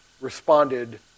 responded